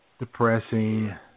Depressing